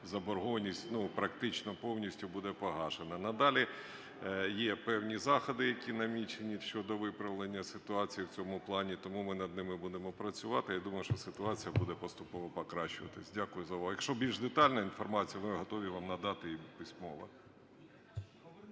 заборгованість, ну, практично повністю буде погашена. Надалі є певні заходи, які намічені щодо виправлення ситуації в цьому плані, тому ми над ними будемо працювати. Я думаю, що ситуація буде поступово покращуватись. Дякую за увагу. Якщо більш детальна інформація, ми готові вам надати письмово.